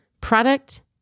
Product